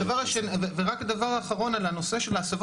רק דבר אחרון על הנושא של ההסבות.